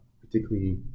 particularly